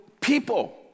people